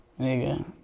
nigga